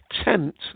attempt